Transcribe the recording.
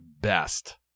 best